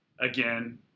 again